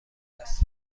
دست